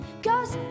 Cause